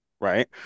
right